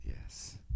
yes